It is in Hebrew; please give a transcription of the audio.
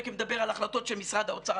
תיכף נדבר על החלטות של משרד האוצר,